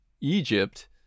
Egypt